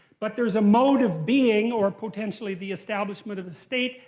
but there's a mode of being, or potentially the establishment of the state,